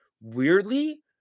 Weirdly